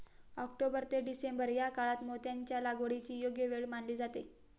October ते December या काळात मोत्यांच्या लागवडीची योग्य वेळ मानली जाते